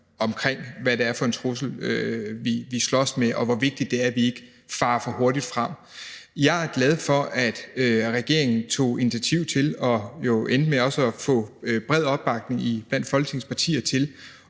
på, hvad det er for en trussel, vi slås med, og hvor vigtigt det er, at vi ikke farer for hurtigt frem. Jeg er glad for, at regeringen tog initiativ til og jo endte med også at få bred opbakning blandt Folketingets partier til